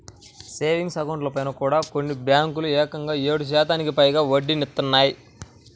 savings అకౌంట్లపైన కూడా కొన్ని బ్యేంకులు ఏకంగా ఏడు శాతానికి పైగా వడ్డీనిత్తన్నాయి